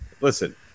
Listen